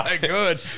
good